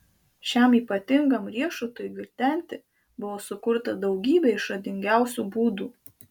šiam ypatingam riešutui gvildenti buvo sukurta daugybė išradingiausių būdų